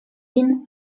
lin